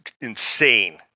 insane